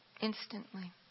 instantly